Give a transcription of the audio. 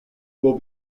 will